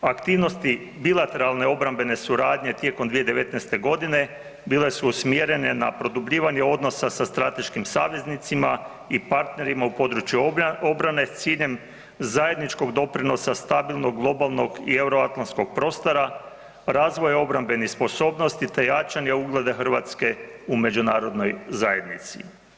Aktivnosti bilateralne obrambene suradnje tijekom 2019. g. bile su usmjerene na produbljivanje odnosa sa strateškim saveznicima i partnerima u području obrane s ciljem zajedničkog doprinosa stabilnog globalnog i euroatlantskog prostora, razvoja obrambenih sposobnosti te jačanje ugleda Hrvatske u međunarodnoj zajednici.